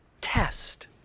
test